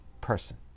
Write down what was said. person